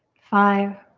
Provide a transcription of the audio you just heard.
five,